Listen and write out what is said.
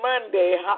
Monday